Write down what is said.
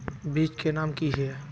बीज के नाम की हिये?